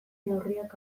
neurriak